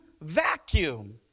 vacuum